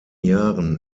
jahren